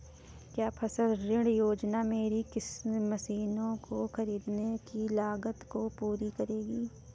क्या फसल ऋण योजना मेरी मशीनों को ख़रीदने की लागत को पूरा करेगी?